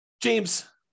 James